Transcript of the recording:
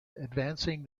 advancing